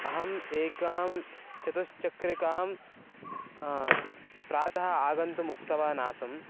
अहम् एकां चतुश्चक्रिकां प्रातः आगन्तुम् उक्तवान् आसम्